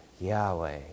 Yahweh